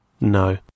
No